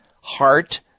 heart